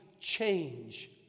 change